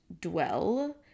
dwell